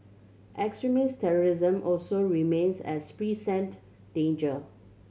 extremist terrorism also remains a present danger